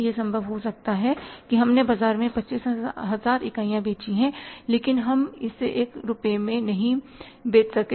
यह संभव हो सकता है कि हमने बाजार में 25000 इकाइयां बेची हैं लेकिन हम इसे 1 रुपये में नहीं बेच सकें